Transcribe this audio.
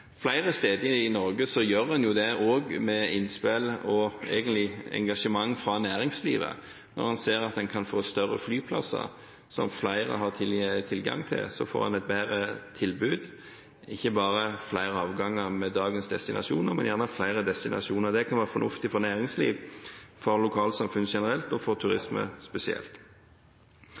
Flere steder i Norge gjør en jo også det, med innspill og engasjement fra næringslivet. Når en ser at en kan få større flyplasser, som flere har tilgang til, får en et bedre tilbud – ikke bare flere avganger ved dagens destinasjoner, men gjerne også flere destinasjoner. Det kan være fornuftig for næringslivet, for lokalsamfunnet generelt og for